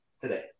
today